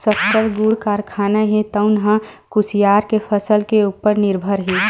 सक्कर, गुड़ कारखाना हे तउन ह कुसियार के फसल के उपर निरभर हे